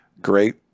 great